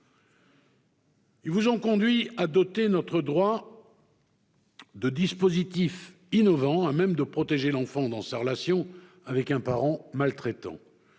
Ils vous ont conduit à doter notre droit de dispositifs innovants à même de protéger l'enfant dans sa relation avec un parent maltraitant.